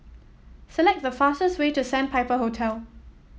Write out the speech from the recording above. select the fastest way to Sandpiper Hotel